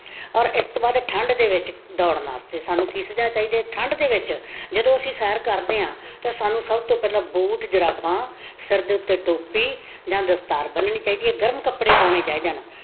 ਔਰ ਇਸ ਤੋਂ ਬਾਅਦ ਠੰਡ ਦੇ ਵਿੱਚ ਦੌੜਨ ਵਾਸਤੇ ਸਾਨੂੰ ਕੀ ਸੁਝਾਅ ਚਾਹੀਦਾ ਠੰਡ ਦੇ ਵਿੱਚ ਜਦੋਂ ਅਸੀਂ ਸੈਰ ਕਰਦੇ ਆਂ ਤੇ ਸਾਨੂੰ ਸਭ ਤੋਂ ਪਹਿਲਾਂ ਬੂਟ ਜਰਾਬਾਂ ਸਿਰ ਦੇ ਉੱਤੇ ਟੋਪੀ ਜਾਂ ਦਸਤਾਰ ਬੰਨਣੀ ਚਾਹੀਦੀ ਗਰਮ ਕੱਪੜੇ ਪਾਉਣੇ ਚਾਹੀਦੇ ਹਨ